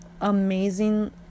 amazing